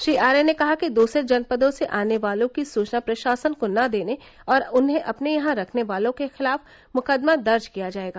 श्री आर्य ने कहा कि दूसरे जनपदों से आने वालों की सूचना प्रशासन को न देने और उन्हें अपने यहां रखने वालों के खिलाफ मुकदमा दर्ज किया जाएगा